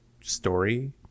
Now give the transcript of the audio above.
story